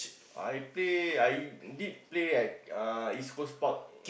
I play I did play at uh East-Coast-Park